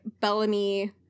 Bellamy-